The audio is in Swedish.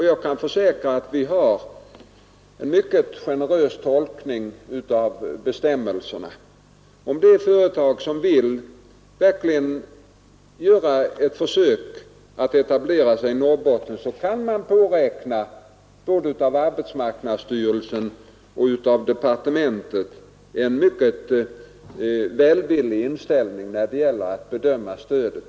Jag kan försäkra att vi tillämpar en mycket generös tolkning av "bestämmelserna. Om det är företag som verkligen vill göra ett försök att etablera sig i Norrbotten så kan de påräkna, både av arbetsmarknadsstyrelsen och av departementet, en mycket välvillig inställning när det gäller att bedöma stödet.